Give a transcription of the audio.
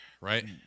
Right